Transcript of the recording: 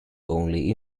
only